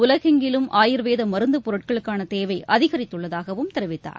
உலகெங்கிலும் ஆயுர்வேதமருந்துப்பொருட்களுக்கானதேவைஅதிகரித்துள்ளதாகவும் தெரிவித்தார்